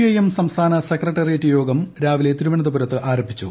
I M സംസ്ഥാന secretariat യോഗം രാവിലെ തിരുവനന്തപുരത്ത് ആരംഭിച്ചു